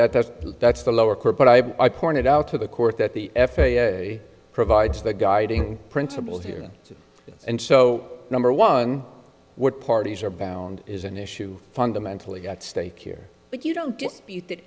that that's that's the lower court but i i pointed out to the court that the f a a provides the guiding principle here and so number one what parties are bound is an issue fundamentally at stake here but you don't